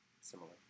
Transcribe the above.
similar